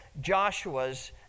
Joshua's